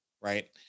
Right